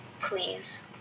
please